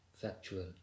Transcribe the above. factual